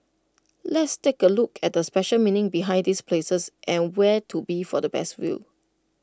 let's take A look at the special meaning behind these places and where to be for the best view